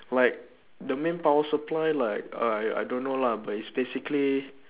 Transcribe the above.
like the main power supply like uh I I don't know lah but it's basically